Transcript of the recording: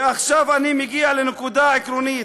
ועכשיו אני מגיע לנקודה עקרונית.